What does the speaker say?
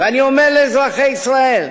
אני חושב שמהדיון הזה צריך לבוא ולדון במשפט הזה,